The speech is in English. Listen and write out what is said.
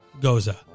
Goza